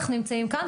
אנחנו נמצאים כאן,